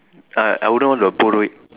I I wouldn't want to borrow it